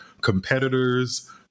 competitors